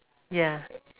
ya